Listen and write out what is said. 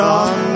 on